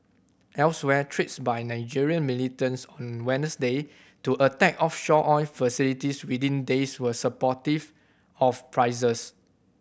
elsewhere threats by Nigerian militants on Wednesday to attack offshore oil facilities within days were supportive of prices